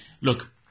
look